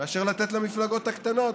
מאשר לתת למפלגות הקטנות,